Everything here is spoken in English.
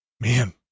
man